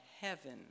heaven